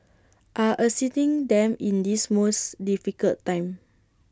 are assisting them in this most difficult time